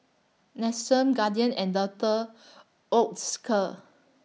Nestum Guardian and Doctor Oetker